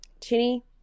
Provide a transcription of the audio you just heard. Chinny